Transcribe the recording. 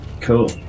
Cool